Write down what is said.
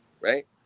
right